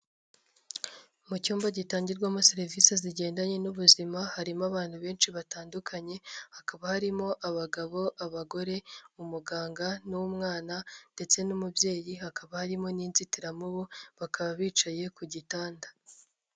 Mu cyumba gitangirwamo serivisi zigendanye n'ubuzima, harimo abantu benshi batandukanye hakaba harimo abagabo, abagore, umuganga n'umwana, ndetse n'umubyeyi hakaba harimo n'inzitiramubu bakaba bicaye ku gitanda.